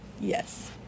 Yes